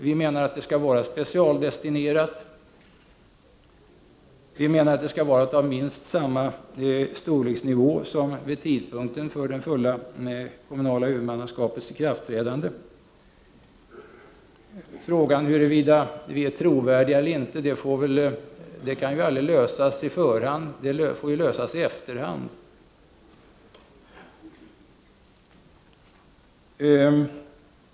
Vi menar att statsbidraget skall vara specialdestinerat, och vi menar att det skall ha minst samma storleksnivå som vid tidpunkten för det fulla kommunala huvudmannaskapets ikraftträdande. Frågan huruvida vi är trovärdiga eller inte kan ju aldrig lösas på förhand, den får lösas i efterhand.